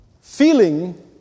Feeling